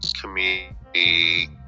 community